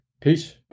Peace